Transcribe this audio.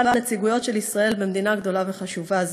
הנציגויות של ישראל במדינה גדולה וחשובה זו.